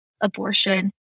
abortion